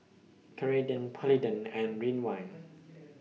Ceradan Polident and Ridwind